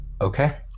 Okay